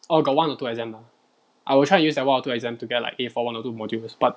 orh got one or two exam I will try and use that [one] or two exam to get like A for one or two modules but